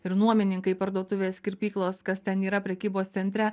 ir nuomininkai parduotuvės kirpyklos kas ten yra prekybos centre